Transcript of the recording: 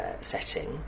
setting